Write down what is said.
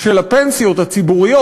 של הפנסיות הציבוריות,